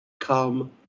come